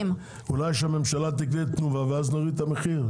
אולי הממשלה תקנה את תנובה ואז נוריד את המחיר.